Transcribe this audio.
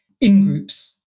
in-groups